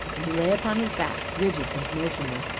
and he lay upon his back, rigid and motionless,